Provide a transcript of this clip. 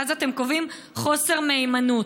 ואז אתם קובעים חוסר מהימנות.